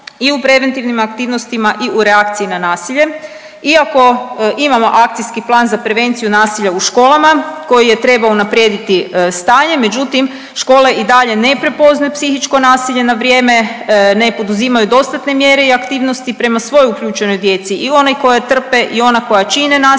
i u preventivnim aktivnostima i u reakciji na nasilje. Iako imamo Akcijski plan za prevenciju nasilja u školama koji je trebao unaprijediti stanje, međutim škole i dalje ne prepoznaju psihičko nasilje na vrijeme, ne poduzimaju dostatne mjere i aktivnosti prema svoj uključenoj djeci i onoj koja trpe i ona koja čine nasilje,